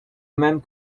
même